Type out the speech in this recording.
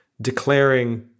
declaring